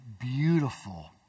beautiful